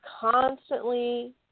constantly